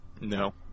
No